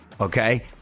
Okay